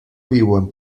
viuen